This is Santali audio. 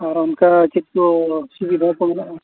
ᱟᱨ ᱚᱱᱠᱟ ᱪᱮᱫ ᱠᱚ ᱚᱥᱩᱵᱤᱫᱷᱟ ᱠᱚ ᱢᱮᱱᱟᱜᱼᱟ